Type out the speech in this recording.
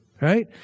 right